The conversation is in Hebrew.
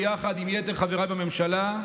ביחד עם יתר חבריי בממשלה,